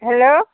hello